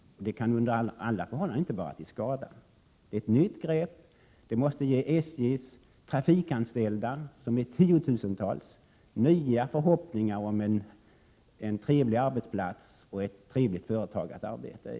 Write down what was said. Det kan under alla förhållanden inte vara till skada. Detta är ett nytt grepp, och det måste ge SJ:s trafikanställda — tiotusentals personer — nya förhoppningar om en trevlig arbetsplats och om ett bra företag att arbeta i.